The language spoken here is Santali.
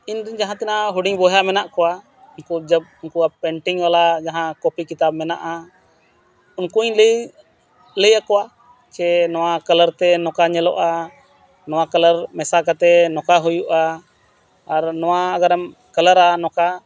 ᱤᱧ ᱨᱮᱱ ᱡᱟᱦᱟᱸ ᱛᱤᱱᱟᱹᱜ ᱦᱩᱰᱤᱧ ᱵᱚᱭᱦᱟ ᱢᱮᱱᱟᱜ ᱠᱚᱣᱟ ᱩᱱᱠᱩ ᱡᱚᱵ ᱩᱱᱠᱩᱣᱟᱜ ᱯᱮᱱᱴᱤᱝ ᱵᱟᱞᱟ ᱡᱟᱦᱟᱸ ᱠᱚᱯᱤ ᱠᱤᱛᱟᱹᱵ ᱢᱮᱱᱟᱜᱼᱟ ᱩᱱᱠᱩᱧ ᱞᱟᱹᱭ ᱞᱟᱹᱭ ᱟᱠᱚᱣᱟ ᱡᱮ ᱱᱚᱣᱟ ᱠᱟᱞᱟᱨ ᱛᱮ ᱱᱚᱠᱟ ᱧᱮᱞᱚᱜᱼᱟ ᱱᱚᱣᱟ ᱠᱟᱞᱟᱨ ᱢᱮᱥᱟ ᱠᱟᱛᱮ ᱱᱚᱝᱠᱟ ᱦᱩᱭᱩᱜᱼᱟ ᱟᱨ ᱱᱚᱣᱟ ᱟᱜᱟᱨᱮᱢ ᱠᱟᱞᱟᱨᱟ ᱱᱚᱝᱠᱟ